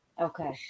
Okay